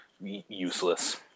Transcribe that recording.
useless